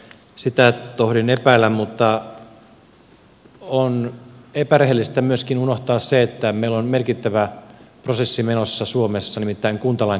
sitä tohdin epäillä mutta on epärehellistä myöskin unohtaa se että meillä on merkittävä prosessi menossa suomessa nimittäin kuntalain kokonaisuudistus